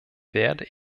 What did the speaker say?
werde